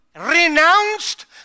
renounced